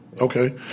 Okay